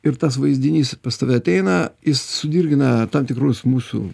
ir tas vaizdinys pas tave ateina sudirgina tam tikrus mūsų